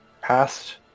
past